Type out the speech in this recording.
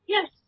Yes